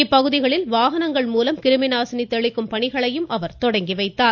இப்பகுதியில் வாகனங்கள் மூலம் கிருமிநாசினி தெளிக்கும் பணிகளையும் அவர் துவக்கி வைத்தார்